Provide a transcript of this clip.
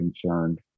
concerned